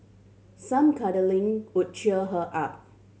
some cuddling could cheer her up